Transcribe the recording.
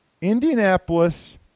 Indianapolis